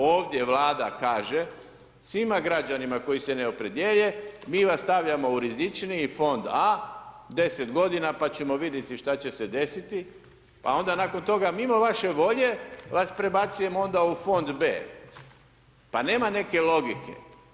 Ovdje vlada kaže, svima građanima koji se ne opredijele mi vas stavljamo u rizičniji fond A, 10 g. pa ćemo vidjeti što će se desiti, pa onda nakon toga mimo vaše volje vas prebacujemo onda u fond B. Pa nema neke logike.